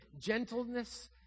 gentleness